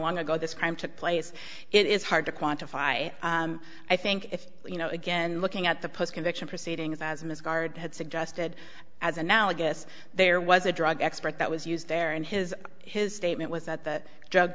long ago this crime took place it is hard to quantify i think if you know again looking at the post conviction proceedings as ms guard had suggested as analogous there was a drug expert that was used there and his his statement was that the drug